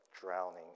drowning